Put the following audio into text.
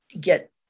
get